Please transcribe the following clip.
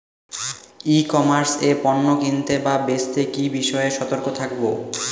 ই commerce এ পণ্য কিনতে বা বেচতে কি বিষয়ে সতর্ক থাকব?